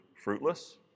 fruitless